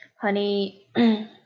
Honey